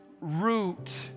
root